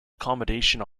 accommodation